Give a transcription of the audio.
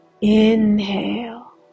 Inhale